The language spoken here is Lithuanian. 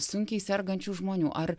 sunkiai sergančių žmonių ar